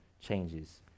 changes